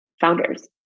founders